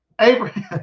Abraham